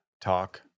talk